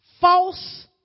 false